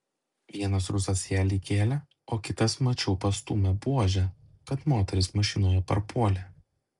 vienas rusas ją lyg kėlė o kitas mačiau pastūmė buože kad moteris mašinoje parpuolė